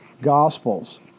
gospels